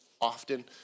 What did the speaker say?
often